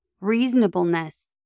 reasonableness